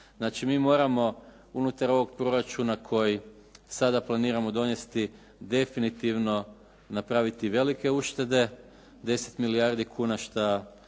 Znači, mi moramo unutar ovog proračuna koji sada planiramo donijeti definitivno napraviti velike uštede 10 milijardi kuna šta